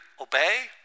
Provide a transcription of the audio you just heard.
obey